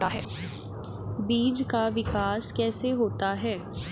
बीज का विकास कैसे होता है?